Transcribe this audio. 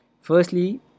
Firstly